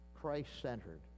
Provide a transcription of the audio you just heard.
Christ-centered